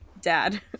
dad